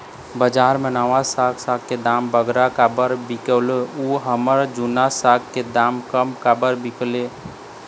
बजार मा नावा साग साग के दाम बगरा काबर बिकेल अऊ हमर जूना साग साग के दाम कम काबर बिकेल?